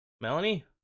Melanie